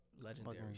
legendary